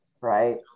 right